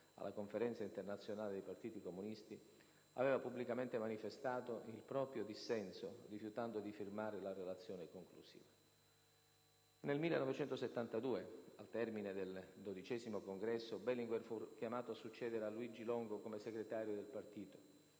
alla Conferenza internazionale dei partiti comunisti, aveva pubblicamente manifestato il proprio dissenso, rifiutando di firmare la relazione conclusiva. Nel 1972, al termine del XII Congresso, Berlinguer fu chiamato a succedere a Luigi Longo come segretario del partito,